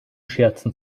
scherzen